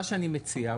מה שאני מציע,